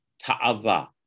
ta'ava